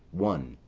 one,